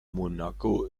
monaco